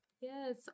yes